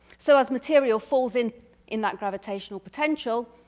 so as material falls in in that gravitational potential.